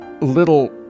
little